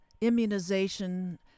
immunization